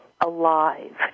alive